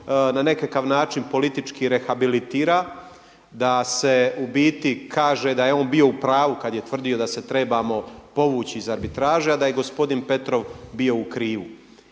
na nekakav način politički rehabilitira, da se u biti kaže da je on bio u pravu kad je tvrdio da se trebamo povući iz arbitraže a da je gospodin Petrov bio u krivu.